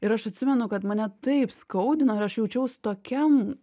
ir aš atsimenu kad mane taip skaudino ir aš jaučiaus tokiam